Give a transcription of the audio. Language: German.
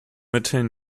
mitteln